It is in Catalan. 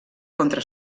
contra